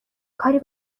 کاری